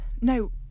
no